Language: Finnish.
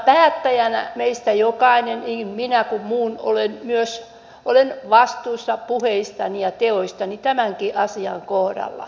päättäjänä meistä jokainen niin minä kuin muut on vastuussa puheistaan ja teoistaan tämänkin asian kohdalla